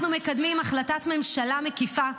-- איפה תורת אכיפה?